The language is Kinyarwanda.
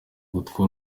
gutorwa